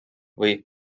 või